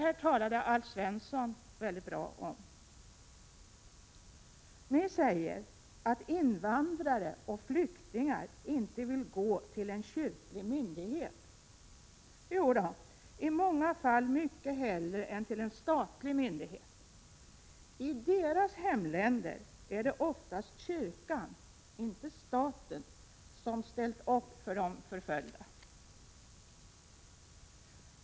Detta talade Alf Svensson mycket bra om. Ni säger att invandrare och flyktingar inte vill gå till en kyrklig myndighet. Jodå, i många fall mycket hellre än till en statlig myndighet. I deras hemländer är det oftast kyrkan, inte staten, som har ställt upp för de förföljda.